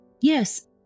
Yes